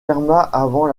avant